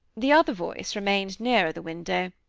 the other voice remained nearer the window,